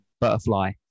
butterfly